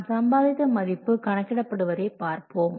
நாம் சம்பாதித்த மதிப்பு கணக்கிட படுவதை பார்ப்போம்